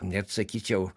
net sakyčiau